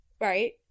right